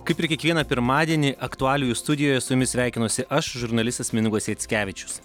kaip ir kiekvieną pirmadienį aktualijų studijoje su jumis sveikinuosi aš žurnalistas mindaugas jackevičius